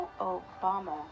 Obama